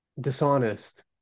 dishonest